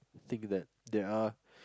think that there are